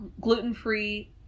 gluten-free